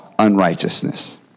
unrighteousness